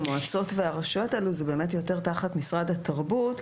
המועצות והרשויות האלה זה יותר תחת משרד התרבות,